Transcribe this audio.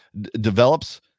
develops